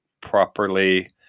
properly